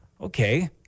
okay